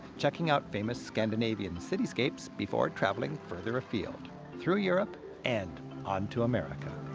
checking out famous scandinavian cityscapes before traveling further afield through europe and on to america.